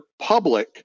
public